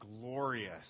glorious